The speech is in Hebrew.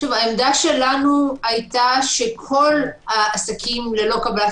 העמדה שלנו היתה שכל העסקים ללא קבלת